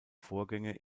vorgänge